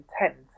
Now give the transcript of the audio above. intent